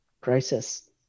crisis